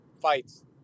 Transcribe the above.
fights